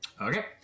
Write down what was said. Okay